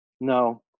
No